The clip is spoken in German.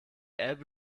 elbe